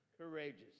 courageous